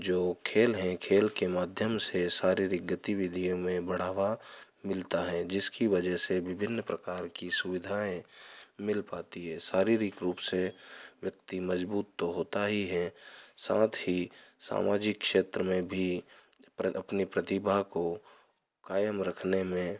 जो खेल है खेल के माध्यम से शारीरिक गतिविधियों में बढ़ावा मिलता है जिसकी वजह से विभिन्न प्रकार की सुविधाएँ मिल पाती है शारीरिक रूप से व्यक्ति मज़बूत तो होता ही है साथ ही सामाजिक क्षेत्र में भी प्र अपने प्रतिभा को कायम रखने में